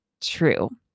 true